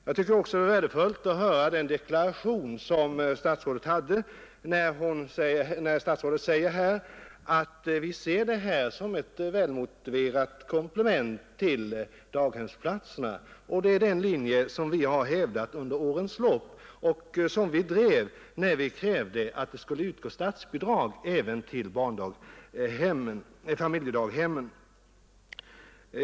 Det var också värdefullt att höra den deklaration som statsrådet gjorde, att man ser familjedaghemsplatserna här som ett välmotiverat komplement till daghemsplatserna. Det är den linje som vi inom centern har hävdat under årens lopp och som vi drev när vi krävde att det skulle utgå statsbidrag även till familjedaghemmen.